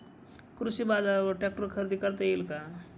कृषी बाजारवर ट्रॅक्टर खरेदी करता येईल का?